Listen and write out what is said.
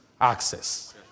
access